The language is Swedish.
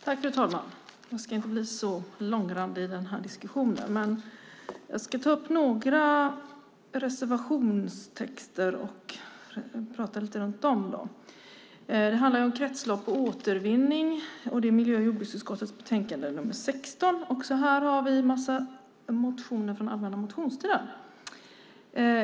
Fru talman! Jag ska inte bli så långrandig i den här diskussionen, men jag ska ta upp några reservationstexter och prata lite om dem. Det handlar om kretslopp och återvinning, och det är miljö och jordbruksutskottets betänkande nr 16. Också här behandlas en massa motioner från allmänna motionstiden.